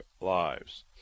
lives